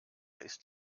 ist